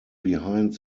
behind